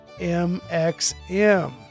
MXM